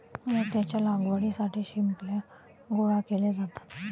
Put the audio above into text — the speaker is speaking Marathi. मोत्याच्या लागवडीसाठी शिंपल्या गोळा केले जातात